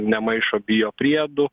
nemaišo biopriedų